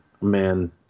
man